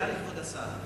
שאלה לכבוד השר.